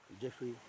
Jeffrey